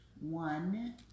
One